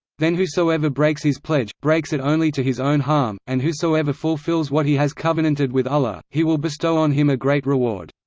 then whosoever breaks his pledge, breaks it only to his own harm, and whosoever fulfils what he has covenanted with allah, he will bestow on him a great reward.